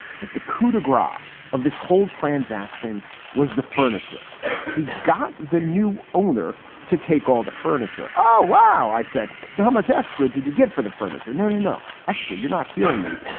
that the coup de gras of this whole transaction was the furniture he got. the new owner to take all the furniture. oh, wow. i said, so how much extra did you get for the furniture? no, no, no, extra. you're not hearing me.